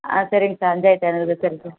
ஆ சரிங்க சார் அஞ்சாயிரத்து ஐநூறு சரி சார்